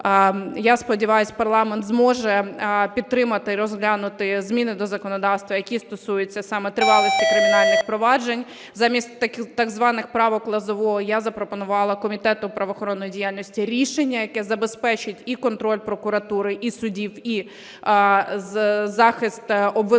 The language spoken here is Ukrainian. я сподіваюсь, парламент зможе підтримати, розглянути зміни до законодавства, які стосуються саме тривалості кримінальних проваджень. Замість так званих "правок Лозового", я запропонувала Комітету правоохоронної діяльності рішення, яке забезпечить і контроль прокуратури, і судів, і захист обвинувачуваних